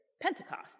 Pentecost